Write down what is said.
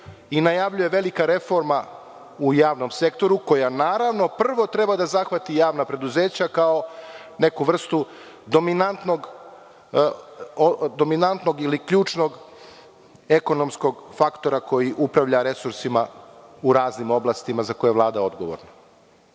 i najavljuje velika reforma u javnom sektoru koja, naravno, prvo treba da zahvati javna preduzeća kao neku vrstu dominantnog ili ključnog ekonomskog faktora koji upravlja resursima u raznim oblastima za koje je Vlada odgovorna. Ono